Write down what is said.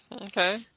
Okay